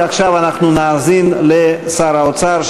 ועכשיו אנחנו נאזין לשר האוצר,